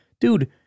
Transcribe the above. Dude